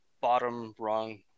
bottom-rung